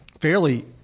fairly